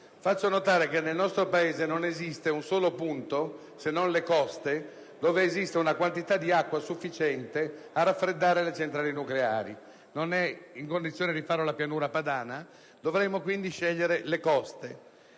Faccio notare che nel nostro Paese non c'è un solo luogo, se non le coste, dove esiste una quantità di acqua sufficiente a raffreddare le centrali nucleari. Non siamo in condizione di farlo nella Pianura padana e dovremo quindi scegliere le coste.